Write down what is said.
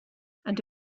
and